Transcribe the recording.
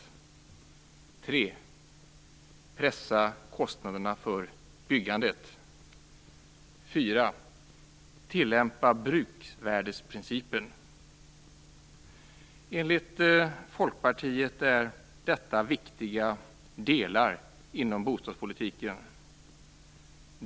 3. Pressa kostnaderna för byggandet. 4. Tillämpa bruksvärdesprincipen. Enligt Folkpartiet är detta viktiga delar inom bostadspolitiken.